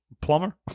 Plumber